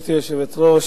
גברתי היושבת-ראש,